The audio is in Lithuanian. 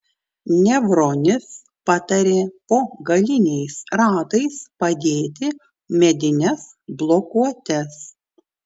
nevronis patarė po galiniais ratais padėti medines blokuotes